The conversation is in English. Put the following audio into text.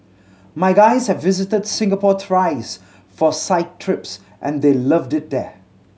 my guys have visited Singapore thrice for site trips and they loved it there